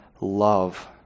love